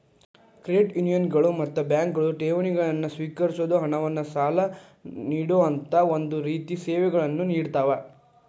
credit ಯೂನಿಯನ್ಗಳು ಮತ್ತ ಬ್ಯಾಂಕ್ಗಳು ಠೇವಣಿಗಳನ್ನ ಸ್ವೇಕರಿಸೊದ್, ಹಣವನ್ನ್ ಸಾಲ ನೇಡೊಅಂತಾ ಒಂದ ರೇತಿ ಸೇವೆಗಳನ್ನ ನೇಡತಾವ